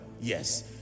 Yes